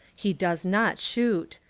he does not shoot.